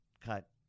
cut